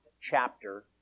chapter